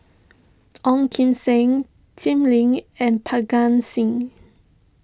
Ong Kim Seng Jim Lim and Parga Singh